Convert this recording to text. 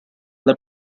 alla